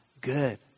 good